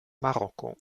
marokko